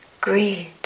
Greed